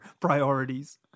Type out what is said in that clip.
priorities